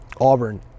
Auburn